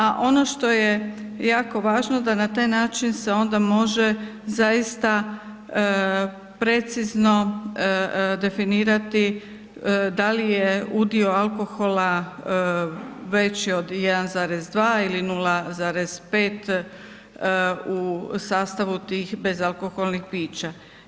A ono što je jako važno da se na taj način onda može zaista precizno definirati da li je udio alkohola veći od 1,2 ili 0,5 u sastavu tih bezalkoholnih pića.